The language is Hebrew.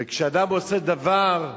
וכשאדם עושה דבר,